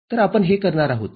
तरआपण हे करणार आहोत